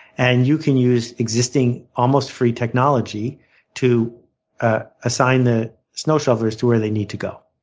and you can use existing, almost free technology to ah assign the snow shovelers to where they need to go.